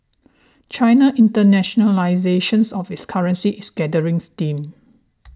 China's internationalisations of its currency is gathering steam